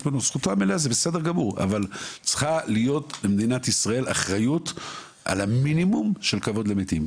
אבל למדינת ישראל צריכה להיות אחריות על המינימום של כבוד למתים.